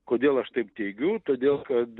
kodėl aš taip teigiu todėl kad